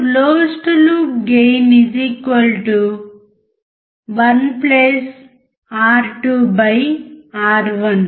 closed loop gain 1 R 2 R 1